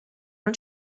non